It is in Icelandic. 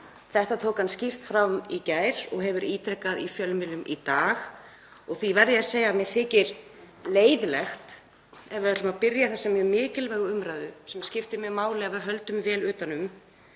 Þetta tók hann skýrt fram í gær og hefur ítrekað í fjölmiðlum í dag. Því verð ég að segja að mér þykir leiðinlegt ef við ætlum að byrja þessa mjög mikilvægu umræðu, sem skiptir máli að við höldum vel utan um